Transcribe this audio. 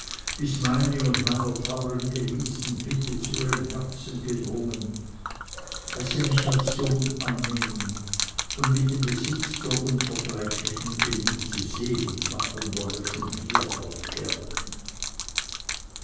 bis meine und meiner teuren elise bitten zu ihrem herzen gedrungen daß sie mich als sohn annehmen und mit dem besitz der unvergleichlichen elise selig machen wolle schon hier auf erden